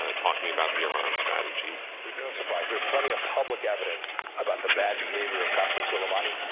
ah talking about the iran strategy there's no surprise there's plenty of public evidence about the bad behavior of kassams. suleimani,